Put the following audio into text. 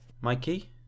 Mikey